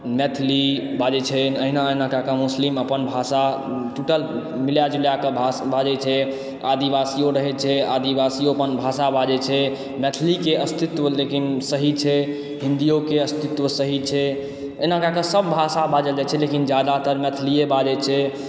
मैथिली बाजै छनि अहिना अहिना कए कऽ मुस्लिम अपन भाषा टुटल मिला जुला कऽ भाषा बाजै छै आदिवासियो रहै छै आदिवासियो अपन भाषा बाजै छै मैथिली के अस्तित्व लेकिन सही छै हिन्दियो के अस्तित्व सही छै एना कए कऽ सभ भाषा बाजल जाइ छै लेकिन जादातार मैथिलिये बाजै छै